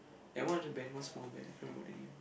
and one other band one small band cannot remember the name